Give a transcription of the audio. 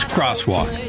Crosswalk